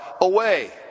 away